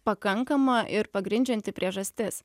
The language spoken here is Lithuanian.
pakankama ir pagrindžianti priežastis